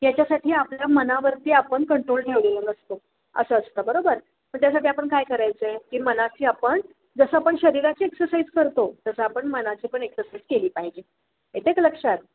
याच्यासाठी आपल्या मनावरती आपण कंट्रोल ठेवलेला नसतो असं असतं बरोबर पण त्यासाठी आपण काय करायचं आहे की मनाची आपण जसं आपण शरीराची एक्सरसाईज करतो तसं आपण मनाची पण एक्सरसाईज केली पाहिजे येते आहे का लक्षात